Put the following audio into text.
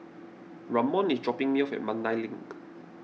Ramon is dropping me off at Mandai Link